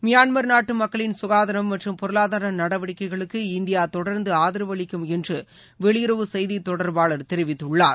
Myanmar நாட்டு மக்களின் குகாதாரம் மற்றும் பொருளாதார நடவடிக்கைகளுக்கு இந்தியா தொடர்ந்து ஆதரவு அளிக்கும் என்று வெளியுறவு செய்தித் தொடர்பாளர் தெரிவித்தார்